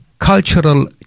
Cultural